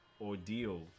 ordeal